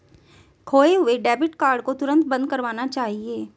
खोये हुए debit card को तुरंत बंद करवाना चाहिए